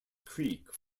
creek